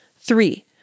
Three